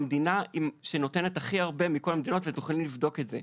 אנחנו המדינה שנותנת הכי הרבה מכל המדינות ואתם יכולים לבדוק את זה.